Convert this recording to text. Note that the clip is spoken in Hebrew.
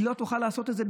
היא לא תוכל לעשות את זה.